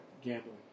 gambling